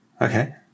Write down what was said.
Okay